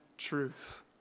truth